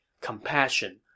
compassion